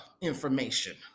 information